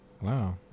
Wow